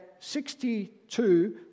62